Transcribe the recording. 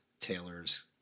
Taylor's